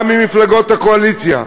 גם ממפלגות הקואליציה,